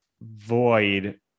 void